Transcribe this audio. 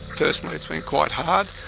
personally it's been quite hard.